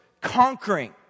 conquering